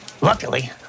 Luckily